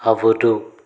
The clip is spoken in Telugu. అవును